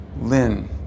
Lynn